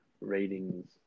ratings